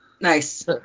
nice